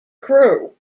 crew